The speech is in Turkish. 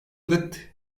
adet